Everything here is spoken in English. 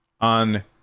on